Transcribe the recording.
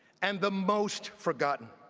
and the most forgotten.